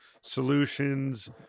solutions